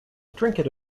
trinket